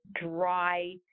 dry